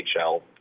NHL